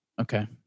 Okay